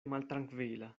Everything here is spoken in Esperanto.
maltrankvila